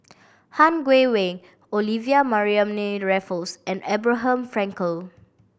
Han Guangwei Olivia Mariamne Raffles and Abraham Frankel